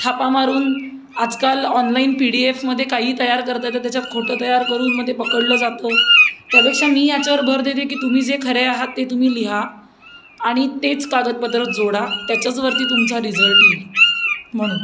थापा मारून आजकाल online P D एफमध्ये काहीही तयार करता येतं त्याच्यात खोटं तयार करून मग ते पकडलं जातं त्यापेक्षा मी याच्यावर भर देते की तुम्ही जे खरे आहात ते तुम्ही लिहा आणि तेच कागदपत्र जोडा त्याच्याचवरती तुमचा रिझल्ट येईल म्हणून